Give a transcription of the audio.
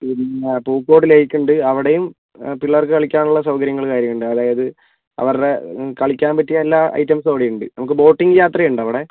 പിന്നെ പൂക്കോട് ലേക്ക് ഉണ്ട് അവിടെയും പിള്ളേർക്ക് കളിക്കാനുള്ള സൗകര്യങ്ങൾ കാര്യങ്ങളുണ്ട് അതായത് ആവരുടെ കളിക്കാൻ പറ്റിയ എല്ലാ ഐറ്റംസും അവിടെയുണ്ട് നമുക്ക് ബോട്ടിങ്ങ് യാത്രയുണ്ട് അവിടെ